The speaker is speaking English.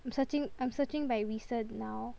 I'm searching I'm searching by recent now